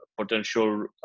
potential